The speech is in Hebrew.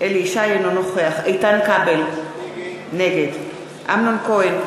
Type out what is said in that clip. אינו נוכח איתן כבל, נגד אמנון כהן,